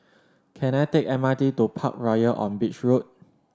can I take M R T to Parkroyal on Beach Road